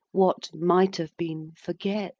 what might have been, forget